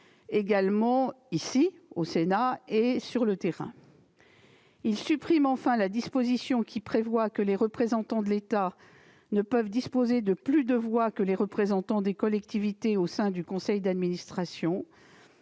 présent amendement tend enfin à supprimer la disposition prévoyant que les représentants de l'État ne peuvent disposer de plus de voix que les représentants des collectivités au sein du conseil d'administration.